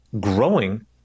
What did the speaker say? growing